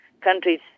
countries